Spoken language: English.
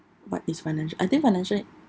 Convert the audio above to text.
but its financial I think financial